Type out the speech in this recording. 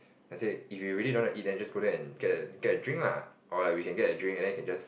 I said if you really don't want to eat then just go there and and get a get a drink lah or like we can get a drink and then can just